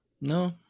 No